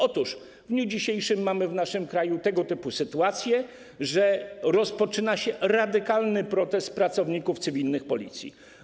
Otóż w dniu dzisiejszym mamy w naszym kraju tego typu sytuację, że rozpoczyna się radykalny protest pracowników cywilnych Policji.